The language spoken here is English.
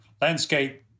landscape